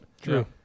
True